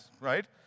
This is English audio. right